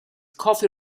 coffee